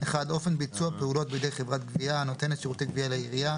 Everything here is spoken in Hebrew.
אופן ביצוע פעולות בידי חברת גבייה הנותנת שירותי גבייה לעירייה,